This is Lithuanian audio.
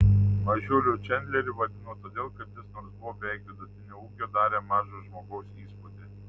mažiuliu čandlerį vadino todėl kad jis nors buvo beveik vidutinio ūgio darė mažo žmogaus įspūdį